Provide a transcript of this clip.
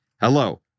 hello